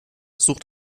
sucht